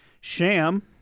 Sham